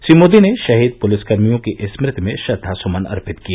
श्री मोदी ने शहीद पुलिसकर्मियों की स्मृति में श्रद्वा सुमन अर्पित किए